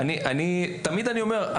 תמיד אני אומר,